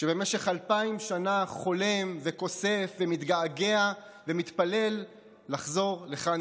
שבמשך אלפיים שנה חולם וכוסף ומתגעגע ומתפלל לחזור לכאן,